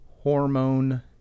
hormone